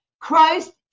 Christ